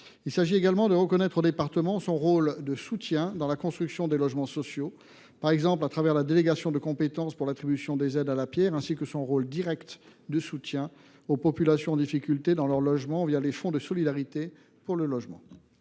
Il s’agit également de reconnaître le rôle de soutien des départements dans la construction des logements sociaux, par exemple au travers la délégation de compétence pour l’attribution des aides à la pierre, ainsi que leur rôle direct de soutien aux populations en difficulté dans leur logement les fonds de solidarité pour le logement.